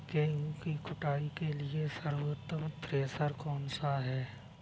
गेहूँ की कुटाई के लिए सर्वोत्तम थ्रेसर कौनसा है?